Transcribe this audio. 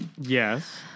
Yes